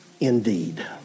indeed